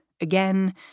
again